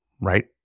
Right